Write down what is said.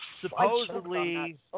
supposedly